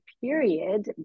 period